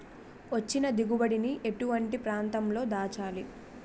వచ్చిన దిగుబడి ని ఎటువంటి ప్రాంతం లో దాచాలి?